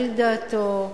על דעתו,